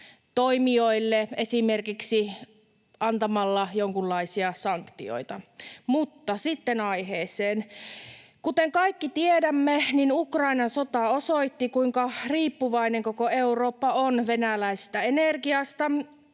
toimijoille esimerkiksi antamalla jonkunlaisia sanktioita. Mutta sitten aiheeseen: Kuten kaikki tiedämme, Ukrainan sota osoitti, kuinka riippuvainen koko Eurooppa on venäläisestä energiasta.